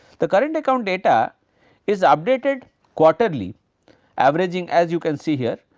the current account data is updated quarterly averaging as you can see here,